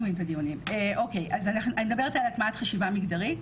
אני מדברת על הטמעת חשיבה מגדרית